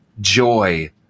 joy